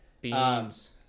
Beans